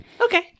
Okay